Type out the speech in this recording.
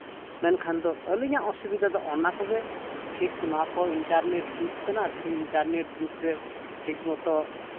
ᱢᱮᱱᱠᱷᱟᱱ ᱫᱚ ᱟᱹᱞᱤᱧᱟᱜ ᱚᱥᱩᱵᱤᱫᱟ ᱫᱚ ᱚᱱᱟ ᱠᱚᱜᱮ ᱴᱷᱤᱠ ᱱᱚᱣᱟ ᱠᱚ ᱤᱱᱴᱟᱨᱱᱮᱴ ᱡᱩᱜᱽ ᱠᱟᱱᱟ ᱛᱤᱦᱤᱧ ᱤᱱᱴᱟᱨᱱᱮᱴ ᱡᱩᱜᱽ ᱨᱮ ᱴᱷᱤᱠ ᱢᱚᱛᱚ